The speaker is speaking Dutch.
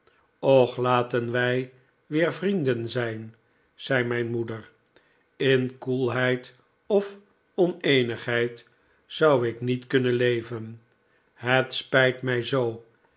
och laten wij weer vrienden zijn zei mijn moeder in koelheid of oneenigheid zou ik niet kunnen leven het spijt mij zoo